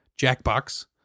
Jackbox